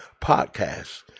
podcast